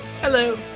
Hello